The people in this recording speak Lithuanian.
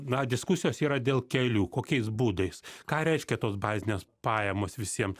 na diskusijos yra dėl kelių kokiais būdais ką reiškia tos bazinės pajamos visiem